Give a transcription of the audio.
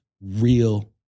real